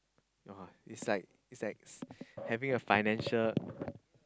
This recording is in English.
(uh huh) it's like it's like having a financial